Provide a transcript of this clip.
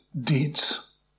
deeds